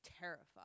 terrified